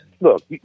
Look